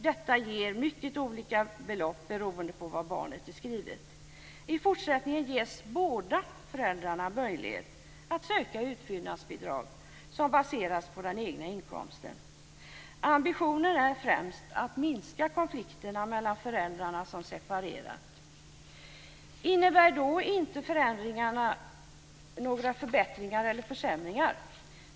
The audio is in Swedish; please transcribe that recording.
Detta ger mycket olika belopp beroende på var barnet är skrivet. I fortsättningen ges båda föräldrarna möjlighet att söka utfyllnadsbidrag som baseras på den egna inkomsten. Ambitionen är främst att minska konflikterna mellan föräldrar som har separerat. Innebär då förändringarna förbättringar eller försämringar?